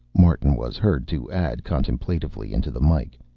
martin was heard to add contemplatively into the mike.